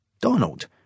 Donald